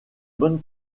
bonne